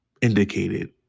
indicated